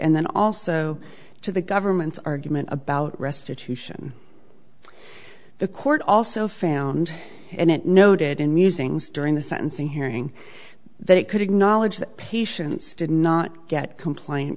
and then also to the government's argument about restitution the court also found and it noted in musings during the sentencing hearing that it could acknowledge that patients did not get complain